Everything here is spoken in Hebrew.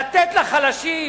לתת לחלשים,